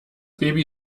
baby